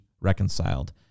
reconciled